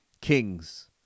Kings